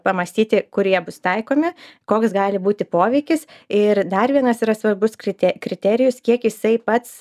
pamąstyti kur jie bus taikomi koks gali būti poveikis ir dar vienas yra svarbus krite kriterijus kiek jisai pats